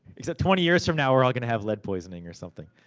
except twenty years from now, we're all gonna have lead poisoning or something.